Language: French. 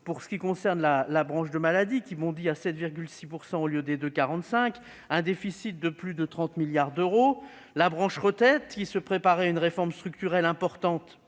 pour ce qui concerne la branche maladie, bondit à 7,6 %, au lieu des 2,45 % attendus, soit un déficit de plus de 30 milliards d'euros ; la branche retraite, qui se préparait à une réforme structurelle importante,